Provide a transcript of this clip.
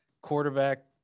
quarterback